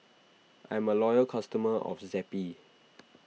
I'm a loyal customer of Zappy